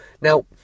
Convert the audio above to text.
Now